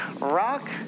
rock